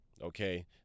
Okay